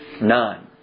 None